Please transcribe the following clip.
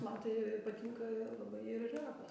man tai patinka labai ir repas